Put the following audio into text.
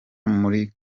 muri